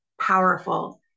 powerful